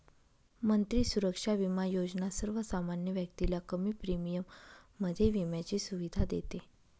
मंत्री सुरक्षा बिमा योजना सर्वसामान्य व्यक्तीला कमी प्रीमियम मध्ये विम्याची सुविधा देते